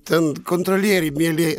ten kontrolieriai mielieji